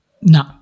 No